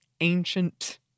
ancient